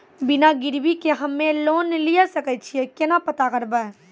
बिना गिरवी के हम्मय लोन लिये सके छियै केना पता करबै?